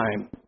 time